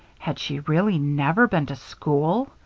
had she really never been to school?